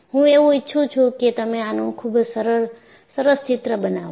હું એવું ઈચ્છું છું કે તમે આનું ખુબ જ સરસ ચિત્ર બનાવો